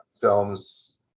films